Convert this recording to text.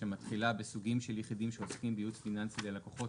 שמתחילה ב"סוגים של יחידים שעוסקים בייעוץ פיננסי ללקוחות,